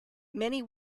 many